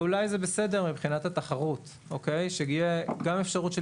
אולי זה בסדר מבחינת התחרות שתהיה גם אפשרות של